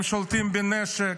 הם שולטים בנשק.